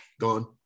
gone